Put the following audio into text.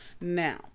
Now